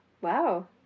Wow